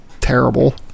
terrible